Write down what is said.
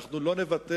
אנחנו לא נוותר,